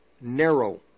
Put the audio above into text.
narrow